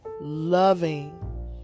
loving